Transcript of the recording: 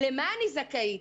למה אני זכאית?